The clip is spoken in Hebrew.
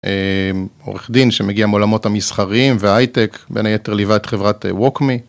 עורך דין שמגיע מעולמות המסחריים והייטק, בין היתר ליווה את חברת ווקמי.